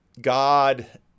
God